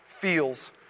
feels